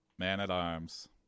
man-at-arms